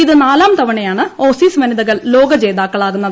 ഇത് നാലാം തവണയാണ് ഓസീസ് വനിതകൾ ലോക ജേതാക്കളാകുന്നത്